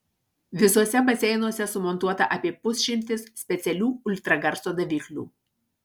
visuose baseinuose sumontuota apie pusšimtis specialių ultragarso daviklių